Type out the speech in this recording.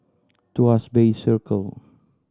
Tuas Bay Circle